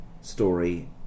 story